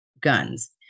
guns